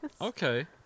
Okay